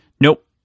Nope